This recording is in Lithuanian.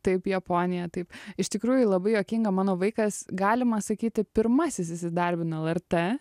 taip japonija taip iš tikrųjų labai juokinga mano vaikas galima sakyti pirmasis įsidarbino lrt